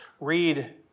read